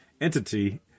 entity